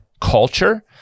culture